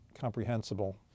comprehensible